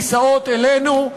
נישאות אלינו.